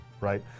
right